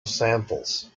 samples